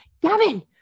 Gavin